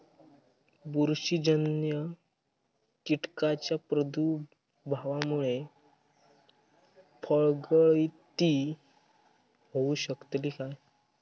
बुरशीजन्य कीटकाच्या प्रादुर्भावामूळे फळगळती होऊ शकतली काय?